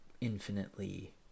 infinitely